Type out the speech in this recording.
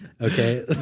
Okay